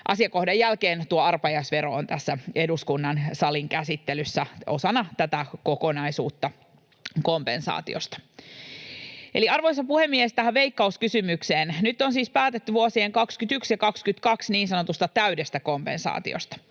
asiakohdan jälkeen tuo arpajaisvero on tässä eduskunnan salin käsittelyssä osana tätä kokonaisuutta kompensaatiosta. Eli, arvoisa puhemies, tähän Veikkaus-kysymykseen. Nyt on siis päätetty vuosien 21 ja 22 niin sanotusta täydestä kompensaatiosta.